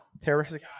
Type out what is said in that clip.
Terroristic